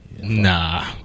Nah